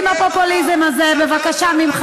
את לא מתביישת?